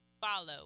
follow